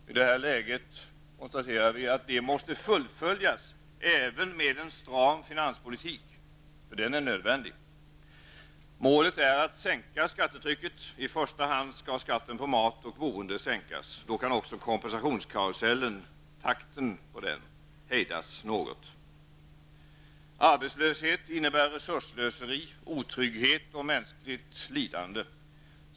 Vi konstaterar i det här läget att det måste fullföljas även med en stram finanspolitik, och den är nödvändig. Målet är att sänka skattetrycket. I första hand skall skatten på mat och boende sänkas. Då kan också takten på kompensationskarusellen hejdas något. Arbetslöshet innebär resursslöseri, otrygghet och mänskligt lidande.